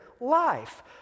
life